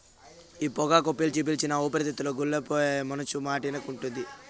ఈ పొగాకు పీల్చి పీల్చి నా ఊపిరితిత్తులు గుల్లైపోయినా మనసు మాటినకుంటాంది